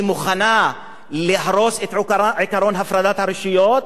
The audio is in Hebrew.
היא מוכנה להרוס את עקרון הפרדת הרשויות,